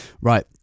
Right